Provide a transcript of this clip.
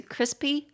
Crispy